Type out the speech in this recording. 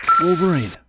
Wolverine